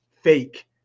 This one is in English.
fake